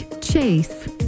Chase